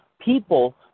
people